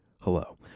Hello